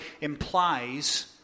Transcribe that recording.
implies